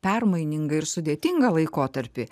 permainingą ir sudėtingą laikotarpį